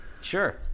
Sure